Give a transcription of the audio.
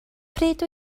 pryd